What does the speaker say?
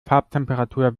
farbtemperatur